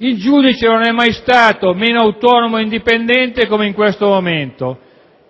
il giudice non è mai stato meno autonomo e indipendente come in questo momento: